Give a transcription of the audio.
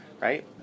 right